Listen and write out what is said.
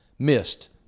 missed